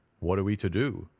what are we to do?